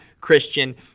Christian